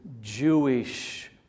Jewish